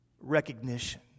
recognition